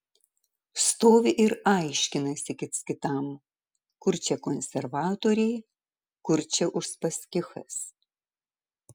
stovi ir aiškinasi kits kitam kur čia konservatoriai kur čia uspaskichas